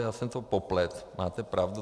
Já jsem to popletl, máte pravdu.